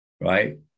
right